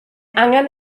angen